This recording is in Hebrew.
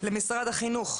למשרד החינוך,